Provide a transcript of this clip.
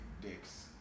dicks